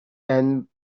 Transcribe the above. and